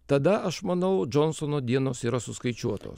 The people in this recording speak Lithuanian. tada aš manau džonsono dienos yra suskaičiuotos